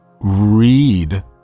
read